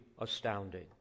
astounding